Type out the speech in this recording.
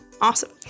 Awesome